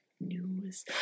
news